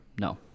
No